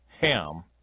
Ham